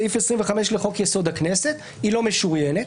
סעיף 25 לחוק-יסוד: הכנסת היא לא משוריינת,